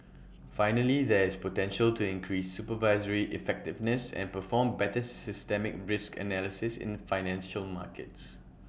finally there is potential to increase supervisory effectiveness and perform better systemic risk analysis in financial markets